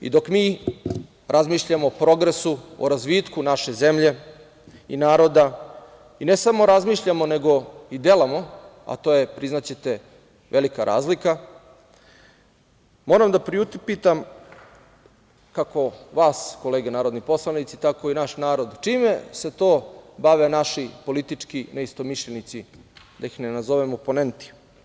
Dok mi razmišljamo o progresu, o razvitku naše zemlje i naroda, ne samo razmišljamo, nego i delamo, a to je priznaćete velika razlika, moram da priupitam kako vas kolege narodni poslanici, tako i naš narod, čime se to bave naši politički neistomišljenici, da in ne nazovem oponenti?